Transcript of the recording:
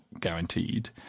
guaranteed